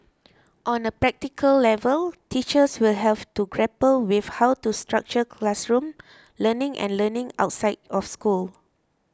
on a practical level teachers will have to grapple with how to structure classroom learning and learning outside of school